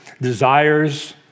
desires